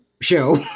show